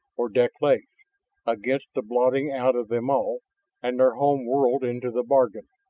or deklay's, against the blotting out of them all and their home world into the bargain.